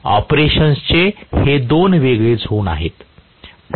ऑपरेशन्सचे हे दोन वेगळे झोन आहेत